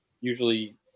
Usually